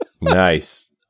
Nice